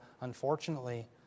Unfortunately